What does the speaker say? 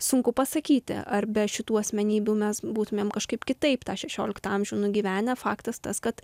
sunku pasakyti ar be šitų asmenybių mes būtumėm kažkaip kitaip tą šešioliktą amžių nugyvenę faktas tas kad